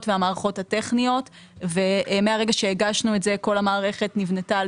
והמערכות הטכניות ומהרגע שהגשנו את זה כל המערכת נבנתה על